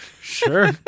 Sure